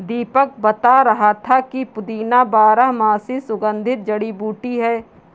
दीपक बता रहा था कि पुदीना बारहमासी सुगंधित जड़ी बूटी है